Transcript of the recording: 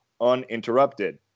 uninterrupted